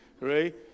right